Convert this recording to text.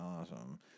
awesome